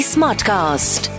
Smartcast